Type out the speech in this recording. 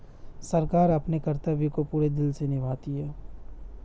सरकार अपने कर्तव्य को पूरे दिल से निभाती है